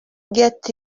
get